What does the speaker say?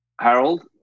Harold